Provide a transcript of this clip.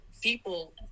people